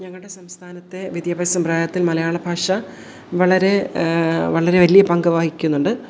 ഞങ്ങളുടെ സംസ്ഥാനത്തെ വിദ്യാഭ്യാസ സമ്പ്രദായത്തിൽ മലയാളഭാഷ വളരെ വളരെ വലിയ പങ്കുവഹിക്കുന്നുണ്ട്